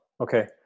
Okay